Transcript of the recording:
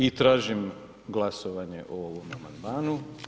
I tražim glasovanje o ovom amandmanu.